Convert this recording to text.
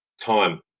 Time